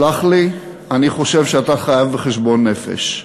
סלח לי, אני חושב שאתה חייב בחשבון נפש.